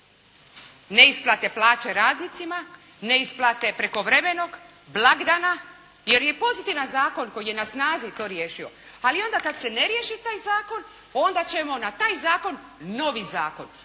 neisplate plaće radnicima, neisplate prekovremenog, blagdana jer je pozitivan zakon koji je na snazi to riješio. Ali onda kad se ne riješi taj zakon onda ćemo na taj zakon novi zakon.